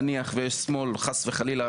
נניח שיש שמאל חס וחלילה,